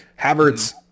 Havertz